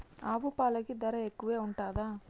ఆవు పాలకి ధర ఎక్కువే ఉంటదా?